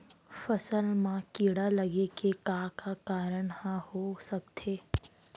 फसल म कीड़ा लगे के का का कारण ह हो सकथे?